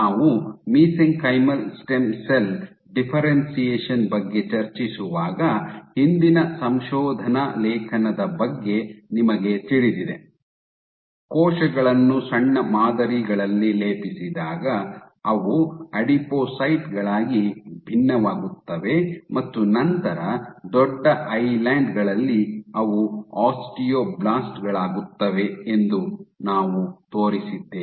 ನಾವು mesenchymal stem cell differentiation ಬಗ್ಗೆ ಚರ್ಚಿಸುವಾಗ ಹಿಂದಿನ ಸಂಶೋಧನಾ ಲೇಖನದ ಬಗ್ಗೆ ನಿಮಗೆ ತಿಳಿದಿದೆ ಕೋಶಗಳನ್ನು ಸಣ್ಣ ಮಾದರಿಗಳಲ್ಲಿ ಲೇಪಿಸಿದಾಗ ಅವು ಅಡಿಪೋಸೈಟ್ ಗಳಾಗಿ ಭಿನ್ನವಾಗುತ್ತವೆ ಮತ್ತು ನಂತರ ದೊಡ್ಡ ಐಲ್ಯಾನ್ಡ್ ಗಳಲ್ಲಿ ಅವು ಆಸ್ಟಿಯೋಬ್ಲಾಸ್ಟ್ ಗಳಾಗುತ್ತವೆ ಎಂದು ನಾವು ತೋರಿಸಿದ್ದೇವೆ